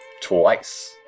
twice